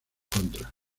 contra